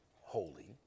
holy